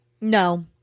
No